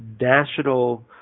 national